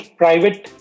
private